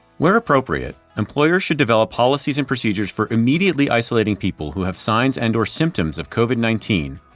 where appropriate, employers should develop policies and procedures for immediately isolating people who have signs and or symptoms of covid nineteen,